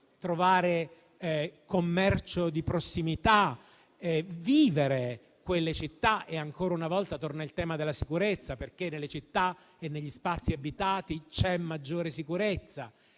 trovare commercio di prossimità e vivere quelle città. Ancora una volta torna il tema della sicurezza, perché nelle città e negli spazi abitati c'è maggiore sicurezza.